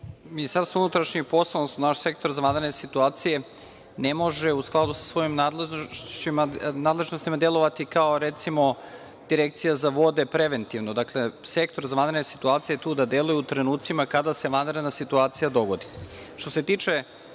Ministarstvo unutrašnjih poslova, odnosno naš Sektor za vanredne situacije, ne može u skladu sa svojim nadležnostima delovati kao, recimo, Direkcija za vode, preventivno. Dakle, Sektor za vanredne situacije je tu da deluje u trenucima kada se vanredna situacija dogodi. Što